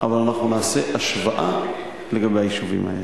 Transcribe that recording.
אבל אנחנו נעשה השוואה לגבי היישובים האלה.